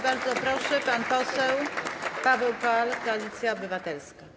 Bardzo proszę pan poseł Paweł Kowal, Koalicja Obywatelska.